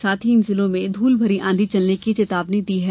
साथ ही इन जिलों में धूल भरी आंधी चलने की भी चेतावनी दी है